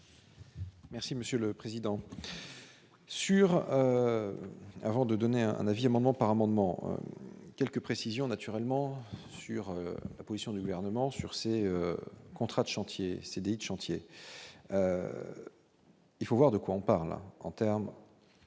Merci Monsieur le Président sur avant de donner un avis, amendement par amendement quelques précisions naturellement sur la position du gouvernement sur ces contrats de chantier s'est dite chantier il faut voir de quoi on parle en terme